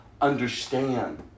Understand